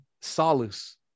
solace